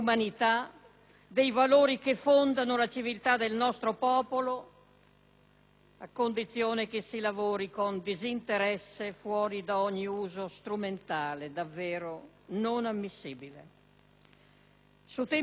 a condizione che si lavori con disinteresse fuori da ogni uso strumentale davvero non ammissibile. Su temi come questi, dove sono in gioco i passaggi e i valori ultimi dell'esistenza,